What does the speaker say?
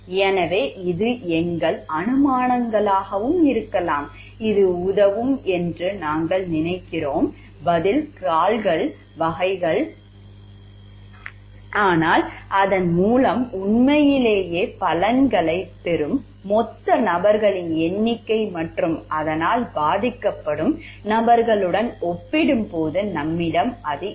எனவே இது எங்கள் அனுமானங்களாகவும் இருக்கலாம் இது உதவும் என்று நாங்கள் நினைக்கிறோம் பதில் வகை ஆனால் அதன் மூலம் உண்மையிலேயே பலன்களைப் பெறும் மொத்த நபர்களின் எண்ணிக்கை மற்றும் அதனால் பாதிக்கப்படும் நபர்களுடன் ஒப்பிடும்போது நம்மிடம் இல்லை